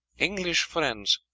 english friends,